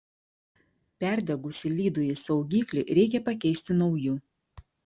perdegusį lydųjį saugiklį reikia pakeisti nauju